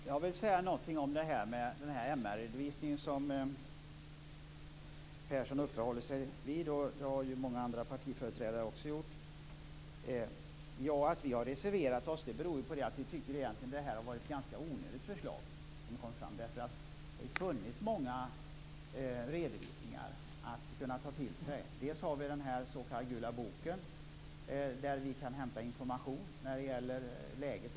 Fru talman! Jag vill säga något om MR redovisningen som Persson uppehåller sig vid. Det har många andra partiföreträdare också gjort. Vi har reserverat oss eftersom vi tycker att det är ett onödigt förslag. Det har funnits många redovisningar. Dels har vi den s.k. gula boken, där vi kan hämta information när det gäller läget.